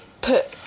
put